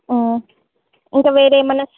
ఇంకా వేరే ఏమన్నా